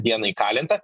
dieną įkalinta